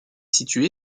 située